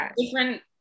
different